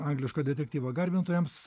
angliško detektyvo garbintojams